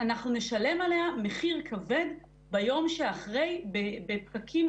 אנחנו נשלם עליה מחיר כבד ביום שאחרי בפקקים